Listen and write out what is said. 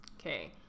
Okay